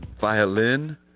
violin